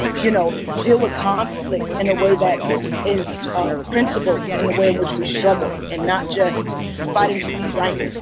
you know deal with conflict in a way that is principled. in the way in which we struggle. and not just fighting to be right.